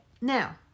now